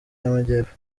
y’amajyepfo